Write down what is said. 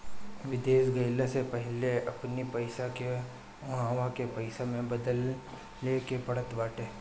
विदेश गईला से पहिले अपनी पईसा के उहवा के पईसा में बदले के पड़त बाटे